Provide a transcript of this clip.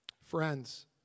Friends